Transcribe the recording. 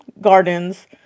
gardens